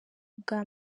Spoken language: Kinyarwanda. ubwa